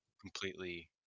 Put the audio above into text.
completely